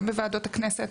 גם בוועדות הכנסת.